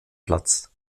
platz